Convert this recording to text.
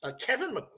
Kevin